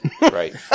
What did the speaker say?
Right